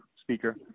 speaker